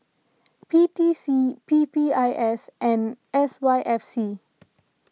P T C P P I S and S Y F C